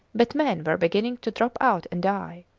but men were beginning to drop out and die.